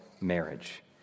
marriage